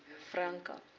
franco?